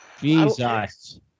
Jesus